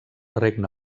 regne